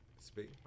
Speak